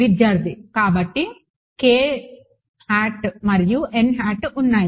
విద్యార్థి కాబట్టి మరియు ఉన్నాయి సమయం 1442 చూడండి